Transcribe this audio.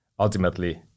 Ultimately